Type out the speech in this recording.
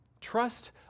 Trust